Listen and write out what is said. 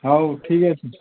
ହଉ ଠିକ୍ ଅଛି